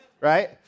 right